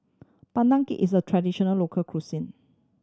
Pandan Cake is a traditional local cuisine